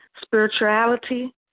spirituality